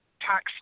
tax